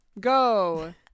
Go